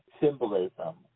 symbolism